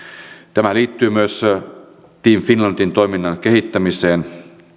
tämä liittyy myös team finlandin toiminnan kehittämiseen